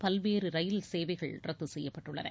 பல்வேறு ரயில் சேவைகள் ரத்து செய்யப்பட்டுள்ளன